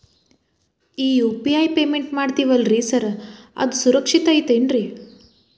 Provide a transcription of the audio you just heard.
ಈ UPI payment ಮಾಡ್ತೇವಿ ಅಲ್ರಿ ಸಾರ್ ಅದು ಸುರಕ್ಷಿತ್ ಐತ್ ಏನ್ರಿ?